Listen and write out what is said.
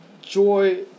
joy